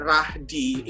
Rahdi